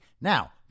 Now